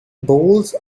bowls